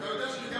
אתה יודע שאני,